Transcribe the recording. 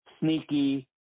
Sneaky